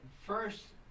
first